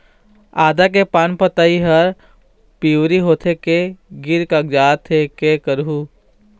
आदा के पान पतई हर पिवरी होथे के गिर कागजात हे, कै करहूं?